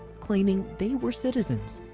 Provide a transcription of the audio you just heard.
claiming they were citizens.